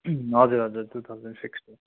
हजुर हजुर two thousand fixed हो